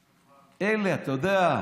אלה, אתה יודע,